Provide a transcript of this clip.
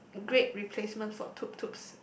great replacement for Tutu